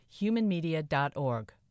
humanmedia.org